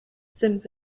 sind